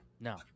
No